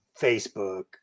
Facebook